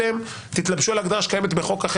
אם תתלבשו על הגדרה שקיימת בחוק,